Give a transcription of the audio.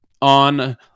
on